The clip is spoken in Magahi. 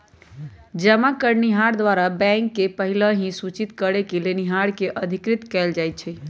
जमा करनिहार द्वारा बैंक के पहिलहि सूचित करेके लेनिहार के अधिकृत कएल जाइ छइ